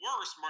worse